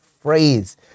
phrase